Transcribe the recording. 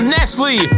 Nestle